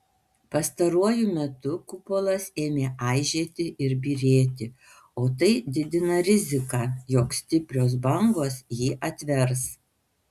pastaruoju metu kupolas ėmė aižėti ir byrėti o tai didina riziką jog stiprios bangos jį atvers